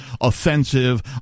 offensive